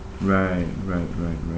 right right right right